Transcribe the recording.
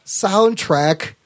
soundtrack